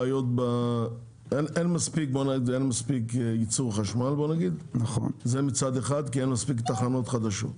אין מספיק ייצור חשמל, כי אין מספיק תחנות חדשות.